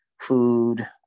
food